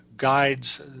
Guides